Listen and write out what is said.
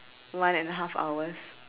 one and a half hours